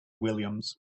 williams